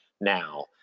now